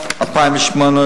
ב-2008,